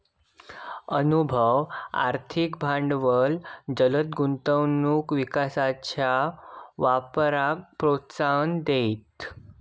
अनुभव, आर्थिक भांडवल जलद गुंतवणूक विकासाच्या वापराक प्रोत्साहन देईत